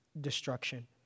destruction